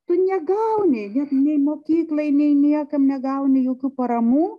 tu negauni nei mokyklai nei niekam negauni jokių paramų